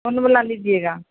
कौन वाला लीजिएगा